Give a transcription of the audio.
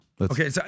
Okay